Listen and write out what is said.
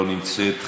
לא נמצאת,